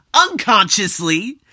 unconsciously